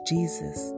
Jesus